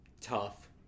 tough